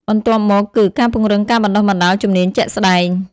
បន្ទាប់មកគឺ ការពង្រឹងការបណ្តុះបណ្តាលជំនាញជាក់ស្តែង។